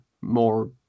more